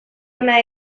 ona